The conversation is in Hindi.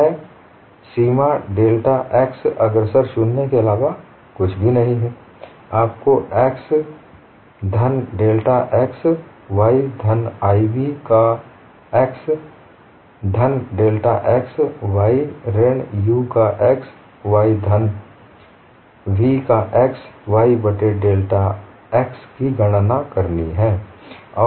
यह सीमा डेल्टा x अग्रसर 0 के अलावा कुछ भी नहीं है आपको x धन डेल्टा x y धनi v का x धन डेल्टा xy ऋण u का x y धन I v का x y बट्टे डेल्टा x की गणना करनी है